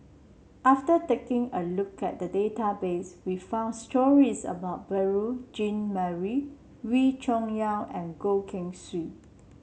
after taking a look at the database we found stories about Beurel Jean Marie Wee Cho Yaw and Goh Keng Swee